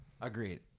Agreed